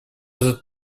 этот